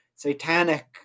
Satanic